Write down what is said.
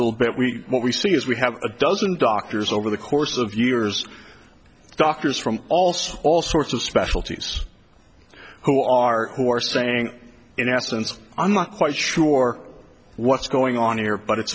little bit we what we see is we have a dozen doctors over the course of years doctors from also all sorts of specialties who are who are saying in essence i'm not quite sure what's going on here but it's